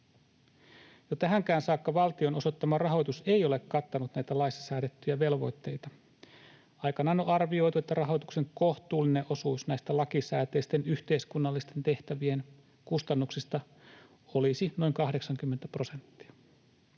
Jo tähänkään saakka valtion osoittama rahoitus ei ole kattanut näitä laissa säädettyjä velvoitteita. Aikanaan on arvioitu, että rahoituksen kohtuullinen osuus näistä lakisääteisten yhteiskunnallisten tehtävien kustannuksista olisi noin 80 prosenttia.